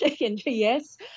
Yes